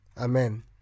Amen